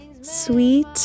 sweet